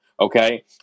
okay